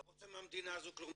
לא רוצה מהמדינה הזו כלום,